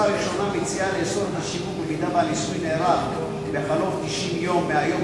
הראשונה מציעה לאסור את השיווק אם הניסוי נערך בחלוף 90 יום מהיום